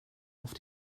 auf